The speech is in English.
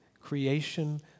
creation